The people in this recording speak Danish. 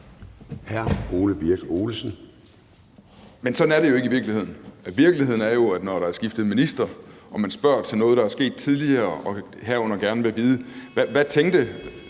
Men sådan er det jo ikke i virkeligheden. Virkeligheden er, at når der er skiftet minister, og man spørger til noget, der er sket tidligere og herunder gerne vil vide, hvad ministeren